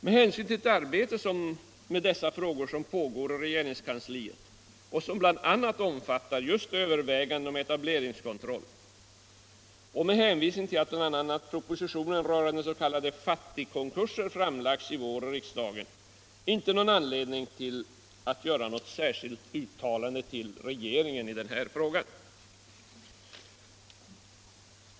Med hänsyn till det arbete med dessa frågor som pågår inom regeringskansliet och som bl.a. omfattar just övervägande om etableringskontroll och med hänvisning till att bl.a. propositionen rörande s.k. fattigkonkurser i vår framlagts i riksdagen finner utskottet inte någon anledning för riksdagen att göra något särskilt uttalande till regeringen i denna fråga.